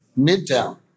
Midtown